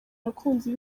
abakunzi